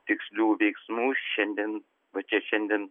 tikslių veiksmų šiandien va čia šiandien